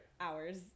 hours